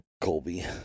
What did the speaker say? Colby